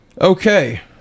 okay